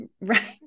Right